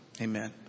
Amen